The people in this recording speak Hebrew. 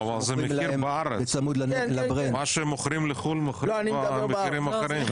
ואוו זה מחיר בארץ מה שמוכרים בחו"ל מוכרים כבר במחירים אחרים.